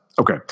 Okay